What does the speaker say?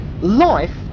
Life